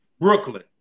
Brooklyn